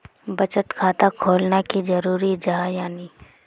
बचत खाता खोलना की जरूरी जाहा या नी?